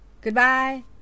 goodbye